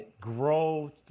grow